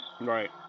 Right